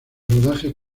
rodaje